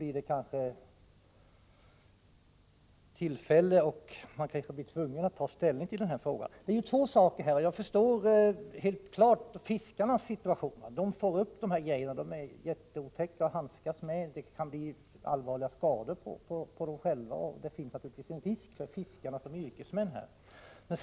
I så fall blir vi ändå tvungna att ta ställning till denna fråga. Jag vill här peka på två saker. Jag förstår mycket väl fiskarnas situation när de får upp sådana här föremål. Dessa är mycket otäcka att handskas med och fiskarna kan själva få allvarliga skador. De löper alltså en risk som yrkesmän.